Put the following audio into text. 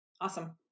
Awesome